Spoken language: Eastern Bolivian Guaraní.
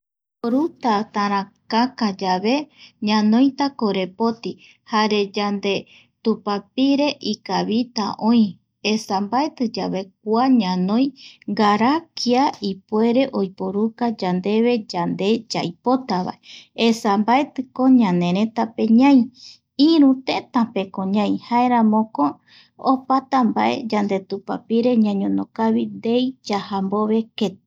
Yai iporuta tarakaka yave ñanoita korepoti jare yande tupapire ikavita oï esa mbaeti yave kua ñanoi gara kua kia ipuereoiporuka yande yande yaipotavae esa mbaetiko ñaneretape ñai, iru tetaéko ñai jaeramoko opata mbae yandetupapire ñañono kavi ndei yaja mbove keti